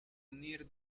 unir